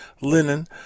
linen